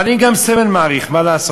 אבל אני מעריך גם סמל, מה לעשות.